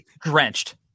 drenched